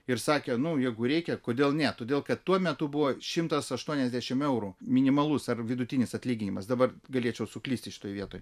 ir sakė nu jeigu reikia kodėl ne todėl kad tuo metu buvo šimtas aštuoniasdešimt eurų minimalus ar vidutinis atlyginimas dabar galėčiau suklysti šitoj vietoj